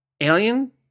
Alien